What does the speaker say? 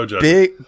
big